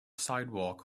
sidewalk